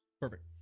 perfect